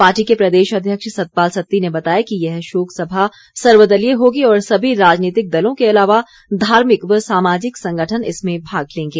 party के प्रदेश अध्यक्ष सतपाल सत्ती ने बताया कि यह शोक सभा सर्वदलीय होगी और सभी राजनीतिक दलों के अलावा धार्मिक व सामाजिक संगठन इसमें भाग लेंगे